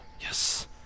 Yes